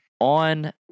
on